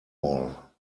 wall